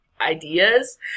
ideas